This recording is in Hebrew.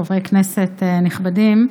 חברי כנסת נכבדים,